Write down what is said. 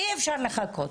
אי אפשר לחכות,